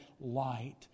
light